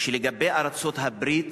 שלגבי ארצות-הברית,